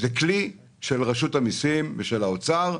זה כלי של רשות המסים ושל האוצר,